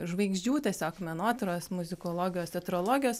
žvaigždžių tiesiog menotyros muzikologijos teatrologijos